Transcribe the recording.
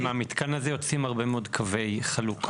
דרור בוימל אבל מהמתקן הזה יוצאים הרבה מאוד קווי חלוקה,